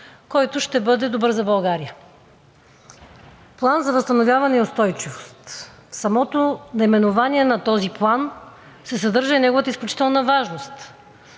който ще бъде добър за България – План за възстановяване и устойчивост. В самото наименование на този план се съдържа и неговата изключителна важност,